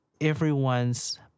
everyone's